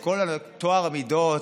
את כל טוהר המידות,